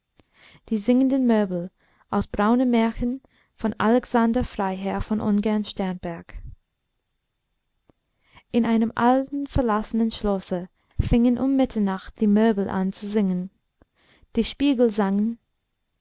die singenden möbel in einem alten verlassenen schlosse fingen um mitternacht die möbel an zu singen die spiegel sangen